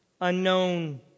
unknown